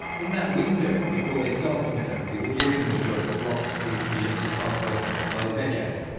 in that window before they start the chemotherapy we're giving them a drug that blocks the antigenesis pathway by vgef.